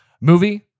movie